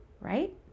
right